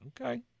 Okay